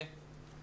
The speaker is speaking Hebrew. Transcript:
אני רוצה לחזק